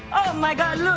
my god,